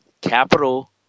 capital